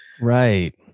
Right